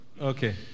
Okay